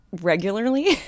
regularly